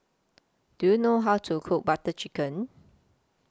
Do YOU know How to Cook Butter Chicken